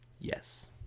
yes